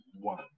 one